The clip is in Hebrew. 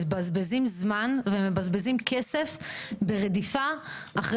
מבזבזים זמן ומבזבזים כסף ברדיפה אחרי